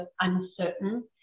uncertain